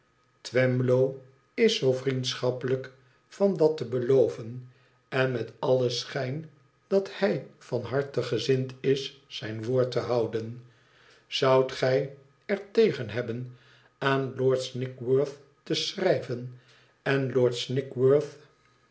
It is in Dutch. is zoo vriendschappelijk van dat te beloven en met allen schijn dat hij van harte gezind is zijn woord te houden izoudt gij er tegen hebben aan lord snigsworth te schrijven en lord